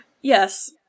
Yes